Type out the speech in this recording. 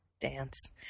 Dance